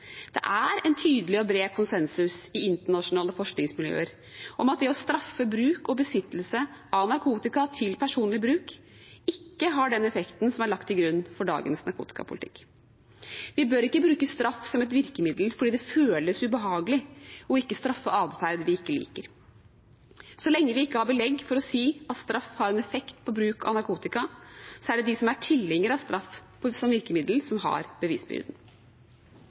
Det er en tydelig og bred konsensus i internasjonale forskningsmiljøer om at det å straffe bruk og besittelse av narkotika til personlig bruk ikke har den effekten som er lagt til grunn for dagens narkotikapolitikk. Vi bør ikke bruke straff som et virkemiddel fordi det føles ubehagelig å ikke straffe atferd vi ikke liker. Så lenge vi ikke har belegg for å si at straff har en effekt på bruk av narkotika, er det de som er tilhengere av straff som virkemiddel, som har bevisbyrden.